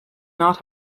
not